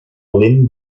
lin